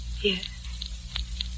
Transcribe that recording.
Yes